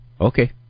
Okay